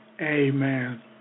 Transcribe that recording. amen